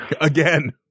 Again